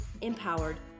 Empowered